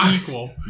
equal